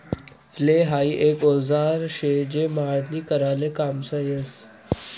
flail हाई एक औजार शे जे मळणी कराले काममा यस